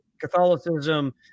catholicism